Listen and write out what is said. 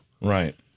Right